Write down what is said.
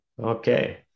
Okay